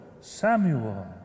Samuel